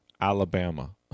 alabama